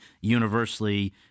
universally